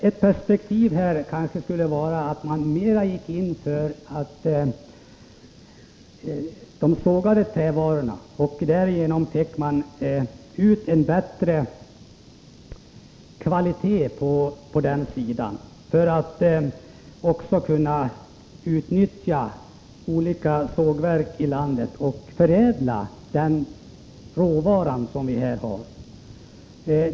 Ett alternativ här skulle kanske vara att vi satsade mer för att förbättra de sågade trävarornas kvalitet. Vi skulle också kunna utnyttja de olika sågverken i landet och där förädla den råvara som vi har.